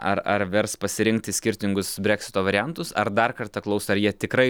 ar ar vers pasirinkti skirtingus breksito variantus ar dar kartą klaus ar jie tikrai